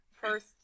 first